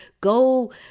Go